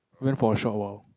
went for a short while